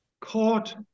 caught